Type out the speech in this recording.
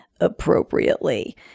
appropriately